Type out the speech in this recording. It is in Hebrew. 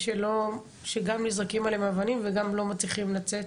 שגם נזרקים עליהם אבנים וגם לא מצליחים לצאת